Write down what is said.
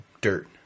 dirt